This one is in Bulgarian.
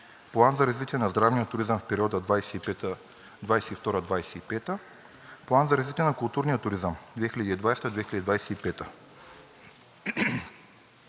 План за развитие на здравния туризъм в периода 2022 – 2025 г. План за развитие на културния туризъм 2020